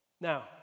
Now